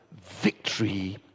victory